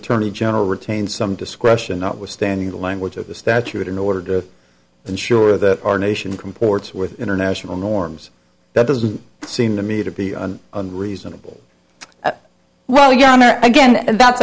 attorney general retains some discretion notwithstanding the language of the statute in order to ensure that our nation comports with international norms that doesn't seem to me to be a reasonable well you know again that